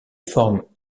forme